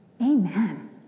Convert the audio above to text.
Amen